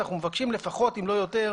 אנו מבקשים לפחות אם לא יותר,